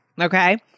Okay